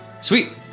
Sweet